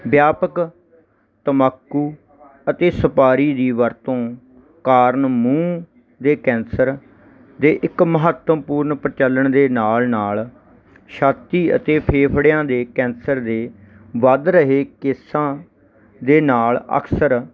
ਵਿਆਪਕ ਤੰਬਾਕੂ ਅਤੇ ਸੁਪਾਰੀ ਦੀ ਵਰਤੋਂ ਕਾਰਨ ਮੂੰਹ ਦੇ ਕੈਂਸਰ ਦੇ ਇੱਕ ਮਹੱਤਵਪੂਰਨ ਪ੍ਰਚਲਣ ਦੇ ਨਾਲ ਨਾਲ ਛਾਤੀ ਅਤੇ ਫੇਫੜਿਆਂ ਦੇ ਕੈਂਸਰ ਦੇ ਵੱਧ ਰਹੇ ਕੇਸਾਂ ਦੇ ਨਾਲ ਅਕਸਰ